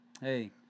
hey